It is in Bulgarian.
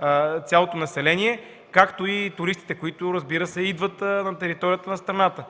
а цялото население, както и туристите, които идват на територията на страната.